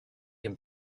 him